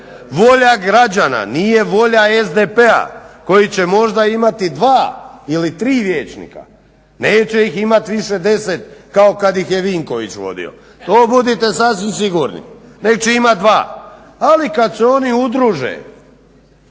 Volja građana nije volja SDP-a koji će možda imati dva ili tri vijećnika. Neće ih imat više 10 kao kad ih je Vinković vodio. To budite sasvim sigurni nego će imati dva. Ali kad se oni udruže